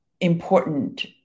important